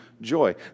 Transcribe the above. joy